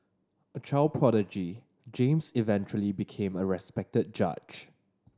a child prodigy James eventually became a respected judge